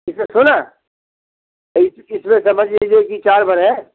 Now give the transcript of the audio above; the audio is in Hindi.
इसमें सोना इसमें समझ लीजिए कि चार भर है